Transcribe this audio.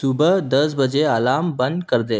सुबह दस बजे अलार्म बंद कर दें